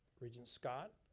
regent scott,